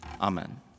Amen